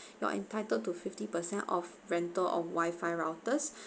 you are entitled to fifty percent of rental or wifi routers